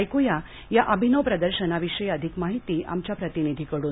ऐकू या अभिनव प्रदर्शनाविषयी अधिक माहिती आमच्या प्रतिनिधीकडून